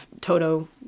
toto